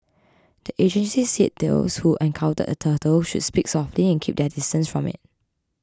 the agencies said those who encounter a turtle should speak softly and keep their distance from it